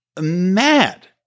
mad